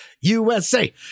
USA